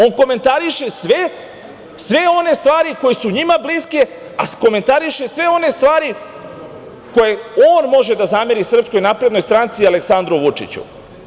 On komentariše sve one stvari koje su njima bliske, i komentariše sve one stvari koje on može da zameri Srpskoj naprednoj stranci, Aleksandru Vučiću.